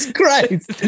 Christ